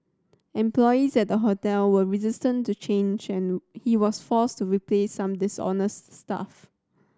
employees at the hotel were resistant to change he was forced to replace some dishonest staff